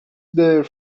their